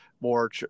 more